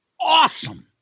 awesome